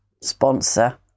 sponsor